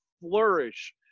flourish